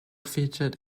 featured